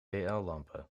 lampen